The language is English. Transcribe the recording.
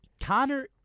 Connor